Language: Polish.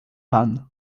pan